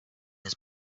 his